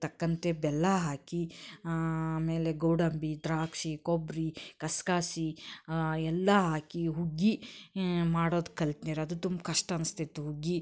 ತಕ್ಕಂತೆ ಬೆಲ್ಲ ಹಾಕಿ ಆಮೇಲೆ ಗೋಡಂಬಿ ದ್ರಾಕ್ಷಿ ಕೊಬ್ಬರಿ ಗಸ್ಕಸಿ ಎಲ್ಲ ಹಾಕಿ ಹುಗ್ಗಿ ಮಾಡೋದು ಕಲ್ತ್ನಿರೋದು ತುಂಬ ಕಷ್ಟ ಅನಿಸ್ತಿತ್ತು ಹುಗ್ಗಿ